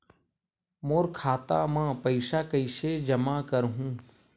मोर खाता म पईसा कइसे जमा करहु?